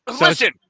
listen